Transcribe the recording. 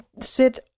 sit